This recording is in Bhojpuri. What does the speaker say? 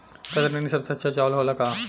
कतरनी सबसे अच्छा चावल होला का?